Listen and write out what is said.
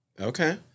Okay